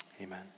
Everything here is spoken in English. Amen